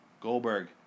Goldberg